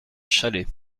challex